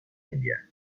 india